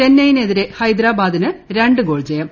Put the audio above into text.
ചെന്നൈയിനെതിരെ ഹൈദരാബാദിന് രണ്ടു ഗോൾ ജയം